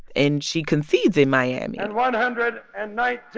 and she concedes in miami and one hundred and nineteen